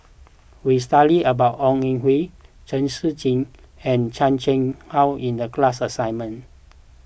we studied about Ong Ah Hoi Chen Shiji and Chan Chang How in the class assignment